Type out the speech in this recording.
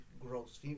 gross